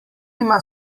ima